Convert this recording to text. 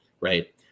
right